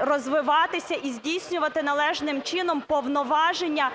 розвиватися і здійснювати належним чином повноваження,